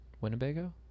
Winnebago